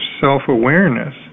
self-awareness